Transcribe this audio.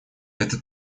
это